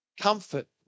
Comfort